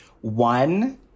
One